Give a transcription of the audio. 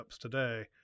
today